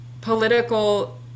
political